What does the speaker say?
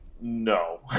no